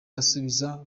asubiza